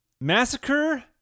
massacre